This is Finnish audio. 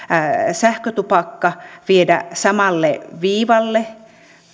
sähkötupakka viedä samalle viivalle